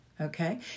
okay